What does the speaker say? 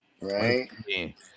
Right